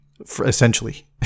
essentially